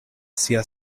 sia